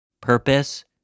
Purpose